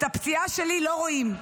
את הפציעה שלי לא רואים.